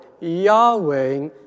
Yahweh